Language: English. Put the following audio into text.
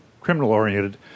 criminal-oriented